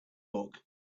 book